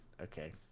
okay